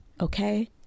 Okay